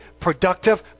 Productive